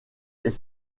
est